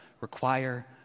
require